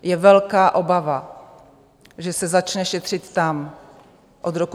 Je velká obava, že se začne šetřit tam od roku 2023.